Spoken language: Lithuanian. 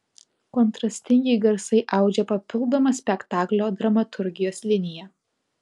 kontrastingi garsai audžia papildomą spektaklio dramaturgijos liniją